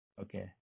okay